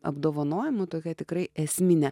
apdovanojimų tokia tikrai esminė